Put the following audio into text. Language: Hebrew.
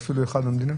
אפילו אחד במדינה?